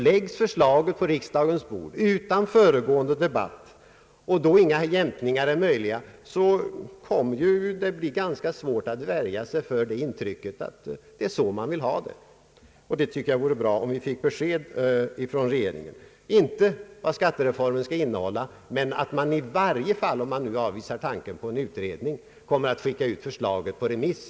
Läggs förslaget på riksdagens bord utan föregående debatt och då inga jämkningar är möjliga, kommer det att bli ganska svårt att värja sig för intrycket att det är så man vill ha det. Jag tycker det vore bra om vi fick besked från regeringen inte vad skattereformen skall innehålla utan att man i varje fall, om man nu avvisar tanken på en utredning, kommer att skicka ut förslaget på re miss.